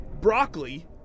broccoli